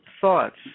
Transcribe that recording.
thoughts